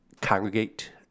congregate